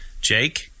Jake